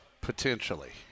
Potentially